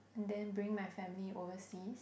then bring my family overseas